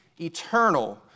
eternal